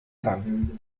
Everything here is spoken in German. kann